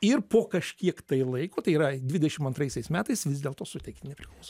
ir po kažkiek laiko tai yra dvidešim antraisiais metais vis dėlto suteikti nepriklauso